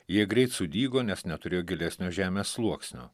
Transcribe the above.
jie greit sudygo nes neturėjo gilesnio žemės sluoksnio